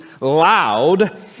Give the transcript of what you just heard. loud